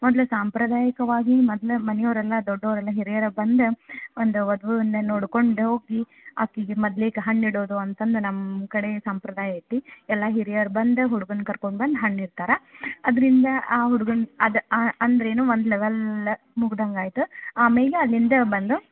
ಮೊದ್ಲು ಸಾಂಪ್ರದಾಯಿಕವಾಗಿ ಮದ್ಲು ಮನೆಯವ್ರೆಲ್ಲ ದೊಡ್ಡೋರೆಲ್ಲ ಹಿರಿಯರೆ ಬಂದು ಒಂದು ವದುವನ್ನು ನೋಡ್ಕೊಂಡು ಹೋಗಿ ಆಕಿಗೆ ಮೊದ್ಲಿಕ ಹಣ್ಣು ಇಡೋದು ಅಂತಂದು ನಮ್ಮ ಕಡೆ ಸಂಪ್ರದಾಯ ಐತೆ ಎಲ್ಲ ಹಿರಿಯರು ಬಂದು ಹುಡ್ಗುನ ಕರ್ಕಂಡ್ ಬಂದು ಹಣ್ನು ಇಡ್ತರಾ ಅದರಿಂದ ಆ ಹುಡ್ಗುನ್ನ ಅದು ಅಂದರೆನು ಒನ್ ಲೆವೇಲ್ ಮುಗ್ದಂಗೆ ಆಯ್ತು ಆಮೇಲೆ ಅಲ್ಲಿಂದ ಬಂದು